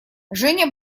женя